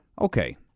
Okay